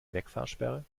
wegfahrsperre